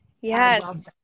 Yes